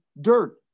dirt